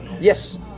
yes